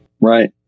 Right